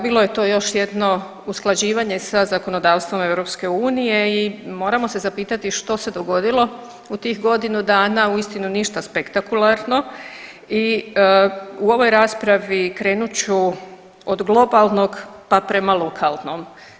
Bilo to još jedno usklađivanje sa zakonodavstvom EU i moramo se zapitati što se dogodilo u tih godinu dana uistinu ništa spektakularno i u ovoj raspravi krenut ću od globalnog pa prema lokalnom.